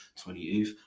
28th